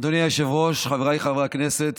אדוני היושב-ראש, חבריי חברי הכנסת,